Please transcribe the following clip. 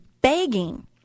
begging